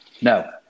no